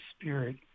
spirit